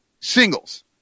singles